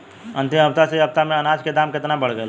अंतिम हफ्ता से ए हफ्ता मे अनाज के दाम केतना बढ़ गएल?